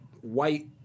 white